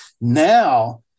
now